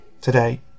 Today